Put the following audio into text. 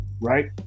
Right